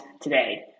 today